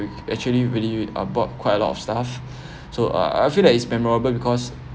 actually really uh bought quite a lot of stuff so I I feel that is memorable because